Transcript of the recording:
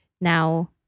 now